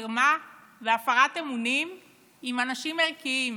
מרמה והפרת אמונים עם אנשים ערכיים